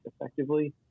effectively